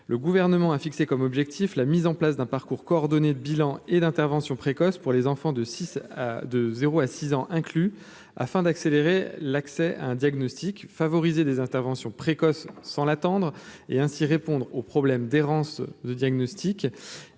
le gouvernement a fixé comme objectif la mise en place d'un parcours coordonné bilan et d'intervention précoce pour les enfants de 6 de 0 à 6 ans inclus afin d'accélérer l'accès à un diagnostic favoriser des interventions précoces sans l'attendre, et ainsi répondre aux problèmes d'errance de diagnostic